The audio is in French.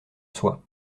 soi